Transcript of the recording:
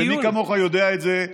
מי כמוך יודע את זה,